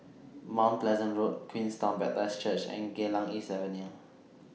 Mount Pleasant Road Queenstown Baptist Church and Geylang East Avenue